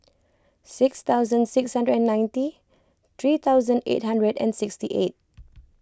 six thousand six hundred and ninety three thousand eight hundred and sixty eight